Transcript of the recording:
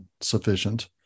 sufficient